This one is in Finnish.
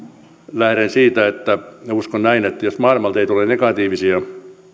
lähden siitä ja uskon näin että jos maailmalta ei tule negatiivisia